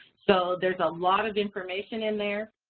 so there's a lot of information in there.